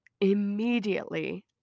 immediately